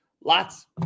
lots